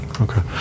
Okay